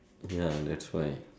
ya that's why